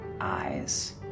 eyes